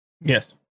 Yes